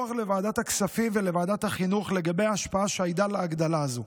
דיווח לוועדת הכספים ולוועדת החינוך לגבי ההשפעה שהייתה להגדלה הזו.